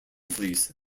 fleece